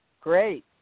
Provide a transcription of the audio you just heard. Great